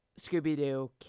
scooby-doo